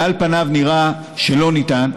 ועל פניו נראה שלא ניתן,